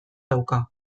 dauka